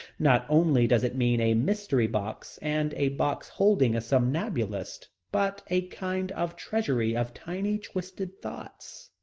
not only does it mean a mystery box and a box holding a somnambulist, but a kind of treasury of tiny twisted thoughts.